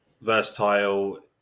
versatile